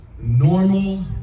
normal